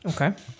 Okay